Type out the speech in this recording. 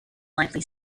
lively